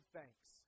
thanks